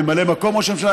ממלא מקום ראש הממשלה,